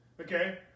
okay